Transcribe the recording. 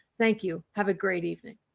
thank you. have a great evening.